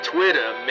Twitter